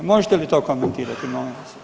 Možete li to komentirati molim vas.